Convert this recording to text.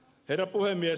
herra puhemies